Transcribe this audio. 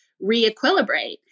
re-equilibrate